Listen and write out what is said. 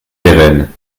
pérenne